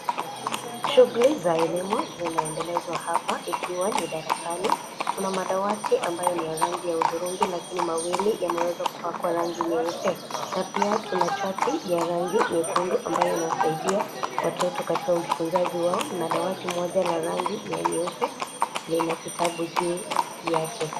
Shughuli za elimu zinaendelezwa hapa ikiwa ni darasani. Tuna madawati ambayo ni ya rangi ya hudhurungi lakini mawili yameweza kupakwa rangi nyeupe na pia tuna chati ya rangi nyekundu ambayo inawasaidia watoto katika ufunzaji wao na dawati moja la rangi ya nyeupe lina kitabu juu yake.